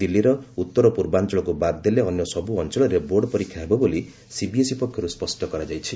ଦିଲ୍ଲୀର ଉତ୍ତର ପୂର୍ବାଞ୍ଚଳକୁ ବାଦ ଦେଲେ ଅନ୍ୟ ସବୁ ଅଞ୍ଚଳରେ ବୋର୍ଡ ପରୀକ୍ଷା ହେବ ବୋଲି ସିବିଏସ୍ଇ ପକ୍ଷରୁ ସ୍ୱଷ୍ଟ କରାଯାଇଛି